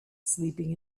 sleeping